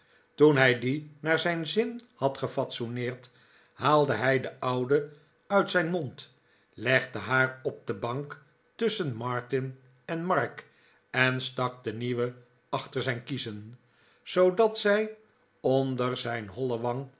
toen hij die naar zijn zin had gefatsoeneerd haalde hij de oude uit zijn mond legde haar op de bank tusschen martin en mark en stak de nieuwe achter zijn kiezen zoodat zij onder zijn holle